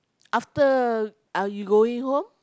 after are you going home